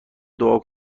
دعا